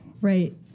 right